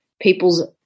people's